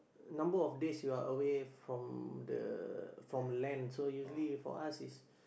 number of days you are away from the from land so usually for us is